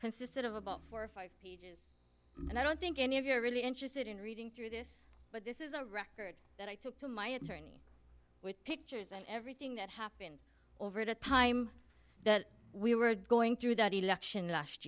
consisted of about four or five pages and i don't think any of you are really interested in reading through this but this is a record that i took to my attorney with pictures and everything that happened over the time that we were going through that election last